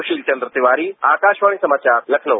सुशील चन्द्र तिवारी आकाशवाणी समाचार लखनऊ